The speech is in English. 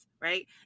right